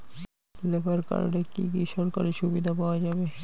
Labour কার্ডে কি কি সরকারি সুবিধা পাওয়া যাবে?